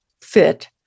Fit